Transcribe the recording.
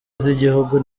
z’igihugu